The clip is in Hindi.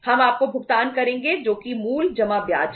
हम आपको भुगतान करेंगे जो कि मूल जमा ब्याज है